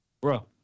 Bro